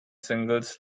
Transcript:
singles